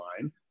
line